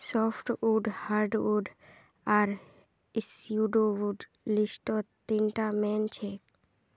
softwood hardwood आर pseudowood लिस्टत तीनटा मेन छेक